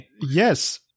Yes